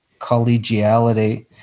collegiality